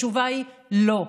התשובה היא לא,